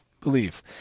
believe